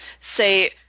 say